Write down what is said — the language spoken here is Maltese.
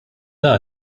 għan